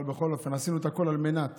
אבל בכל אופן עשינו הכול על מנת